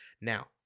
Now